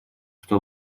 что